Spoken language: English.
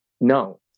no